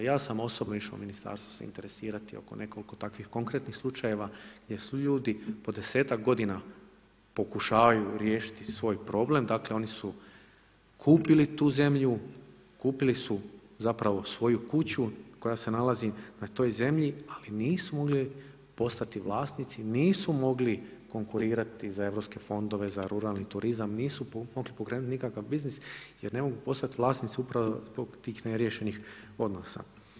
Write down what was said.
Ja sam osobno išao u ministarstvo se interesirati oko nekoliko takvih konkretnih slučajeva gdje su ljudi po desetak godina pokušavaju riješiti svoj problem, dakle oni su kupili tu zemlju, kupili su zapravo svoju kuću koja se nalazi na toj zemlji, ali nisu mogli postati vlasnici, nisu mogli konkurirati za europske fondove, za ruralni turizam, nisu mogli pokrenuti nikakav biznis jer ne mogu postati vlasnici upravo zbog tih neriješenih odnosa.